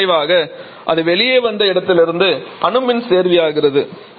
இதன் விளைவாக அது வெளியே வந்த இடத்திலிருந்து அணு மின் சேர்வியாகிறது